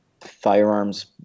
firearms